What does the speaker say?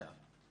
נוצר מצב,